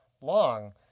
long